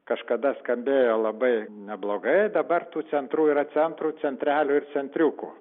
kažkada skambėjo labai neblogai dabar tų centrų yra centrų centrelių ir centriukų